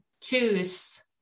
choose